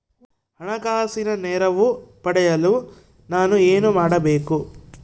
ಹಣಕಾಸಿನ ನೆರವು ಪಡೆಯಲು ನಾನು ಏನು ಮಾಡಬೇಕು?